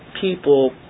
people